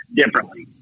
differently